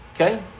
Okay